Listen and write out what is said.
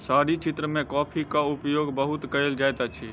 शहरी क्षेत्र मे कॉफ़ीक उपयोग बहुत कयल जाइत अछि